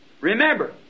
Remember